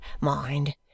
mind